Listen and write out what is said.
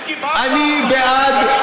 מיקי, מה הפער בשווי, תגיד לי?